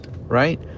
right